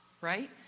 right